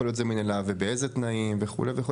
להיות זמין אליה ובאיזה תנאים וכו' וכו'.